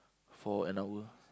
for an hour